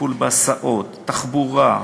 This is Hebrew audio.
טיפול בהסעות, תחבורה,